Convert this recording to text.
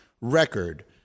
record